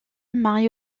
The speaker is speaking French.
marie